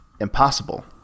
impossible